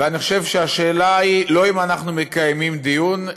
ואני חושב שהשאלה היא לא אם אנחנו מקיימים דיון,